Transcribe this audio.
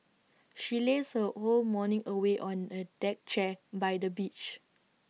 she lazed her whole morning away on A deck chair by the beach